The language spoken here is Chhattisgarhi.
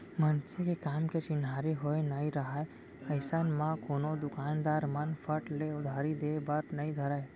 मनसे के काम के चिन्हारी होय नइ राहय अइसन म कोनो दुकानदार मन फट ले उधारी देय बर नइ धरय